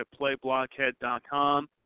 playblockhead.com